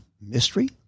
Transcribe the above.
mystery